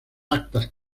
actas